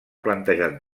plantejat